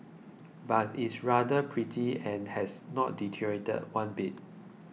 but it is rather pretty and has not deteriorated one bit